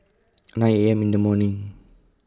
nine A M in The morning